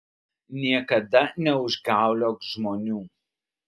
niekada neužgauliok žmonių